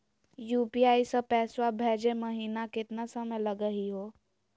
UPI स पैसवा भेजै महिना केतना समय लगही हो?